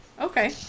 okay